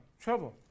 Trouble